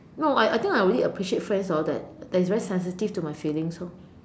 no I I think I only appreciate friends orh that that is very sensitive to my feelings orh